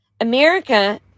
America